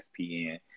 ESPN